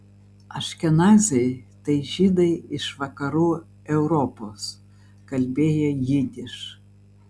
aškenaziai tai žydai iš vakarų europos kalbėję jidiš